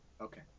Okay